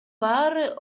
баары